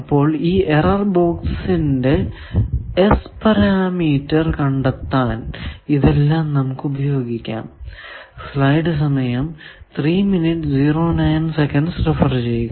അപ്പോൾ ഈ എറർ ബോക്സിന്റെ S പാരാമീറ്റർ കണ്ടെത്താൻ ഇതെല്ലാം നമുക്ക് ഉപയോഗിക്കാം